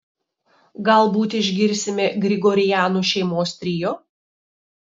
galbūt išgirsime grigorianų šeimos trio